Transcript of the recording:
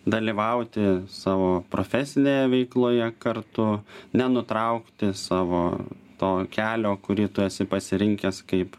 dalyvauti savo profesinėje veikloje kartu nenutraukti savo to kelio kurį tu esi pasirinkęs kaip